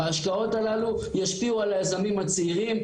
ההשקעות הללו ישפיעו על היזמים הצעירים,